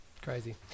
Crazy